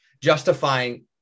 justifying